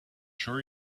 sure